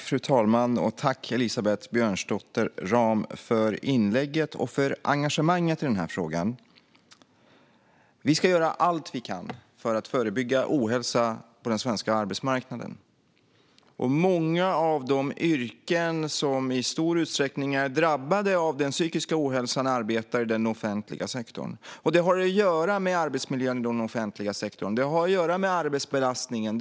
Fru talman! Tack Elisabeth Björnsdotter Rahm, för inlägget och för engagemanget i den här frågan! Vi ska göra allt vi kan för att förebygga ohälsa på den svenska arbetsmarknaden. Många av dem med yrken som i stor utsträckning är drabbade av psykisk ohälsa arbetar i den offentliga sektorn. Det har att göra med arbetsmiljön i den offentliga sektorn. Det har att göra med arbetsbelastningen.